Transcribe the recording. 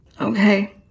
Okay